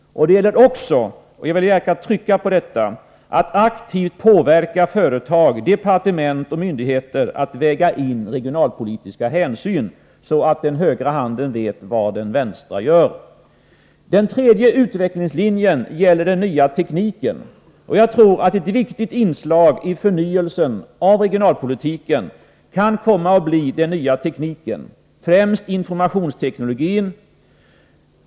Det gäller också — och det vill jag understryka — att aktivt påverka företag, departement och myndigheter att väga in regionalpolitiska hänsyn, så att den högra handen vet vad den vänstra gör. Den tredje utvecklingslinjen gäller den nya tekniken. Ett viktigt inslag i förnyelsen av regionalpolitiken kan komma att bli den nya tekniken, främst informationsteknologin.